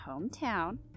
hometown